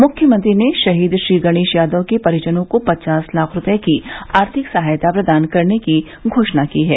मुख्यमंत्री ने शहीद श्री गणेश यादव के परिजनों को पचास लाख रूपये की आर्थिक सहायता प्रदान करने की घोषणा की है